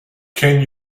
can